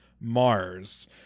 Mars